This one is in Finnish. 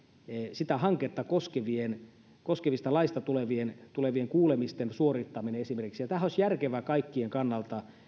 sitä hanketta koskevien laista tulevien tulevien kuulemisten suorittaminen ja tämähän olisi järkevää kaikkein kannalta